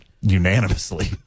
Unanimously